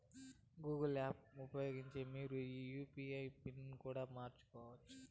Google పేని ఉపయోగించి మీరు మీ యూ.పీ.ఐ పిన్ ని కూడా మార్చుకోవచ్చు